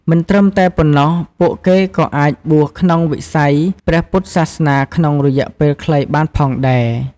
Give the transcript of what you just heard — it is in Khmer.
មិនត្រឹមតែប៉ុណ្ណោះ ពួកគេក៏អាចបួសក្នុងវិស័យព្រះពុទ្ធសាសនាក្នុងរយៈពេលខ្លីបានផងដែរ។